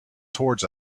towards